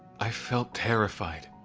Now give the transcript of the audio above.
i felt terrified.